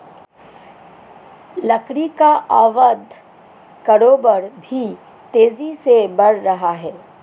लकड़ी का अवैध कारोबार भी तेजी से बढ़ रहा है